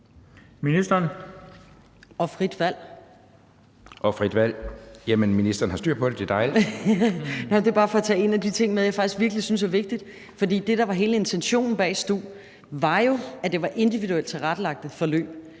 Thulesen Dahl (DF): Og frit valg! Jamen ministeren har styr på det, det er dejligt). Det er bare for at tage en af de ting med, jeg faktisk virkelig synes er vigtig, for det, der var hele intentionen bag stu, var jo, at det var individuelt tilrettelagte forløb.